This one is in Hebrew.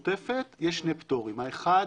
פטורים: אחד,